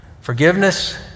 Forgiveness